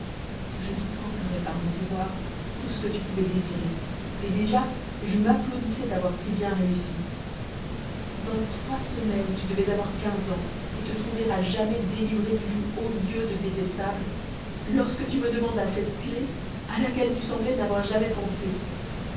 je te procurais par mon pouvoir tout ce que tu pouvais désirer et déjà je m'applaudissais d'avoir si bien réussi dans trois semaines tu devais avoir quinze ans et te trouver à jamais délivrée du joug odieux de détestable lorsque tu me demandas cette clef à laquelle tu semblais n'avoir jamais pensé